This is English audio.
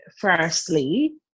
firstly